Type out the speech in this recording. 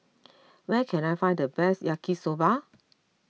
where can I find the best Yaki Soba